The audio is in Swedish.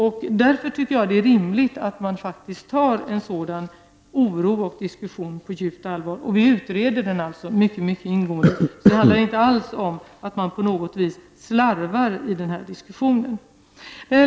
Därför tycker jag att det är rimligt att man tar den oro som finns på djupt allvar, och vi utreder också frågan mycket ingående. Det handlar inte alls om att man på något sätt slarvar i den här diskussionen.